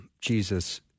Jesus